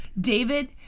David